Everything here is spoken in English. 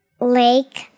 Lake